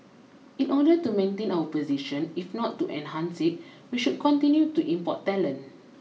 in order to maintain our position if not to enhance it we should continue to import talent